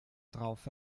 traufe